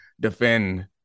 defend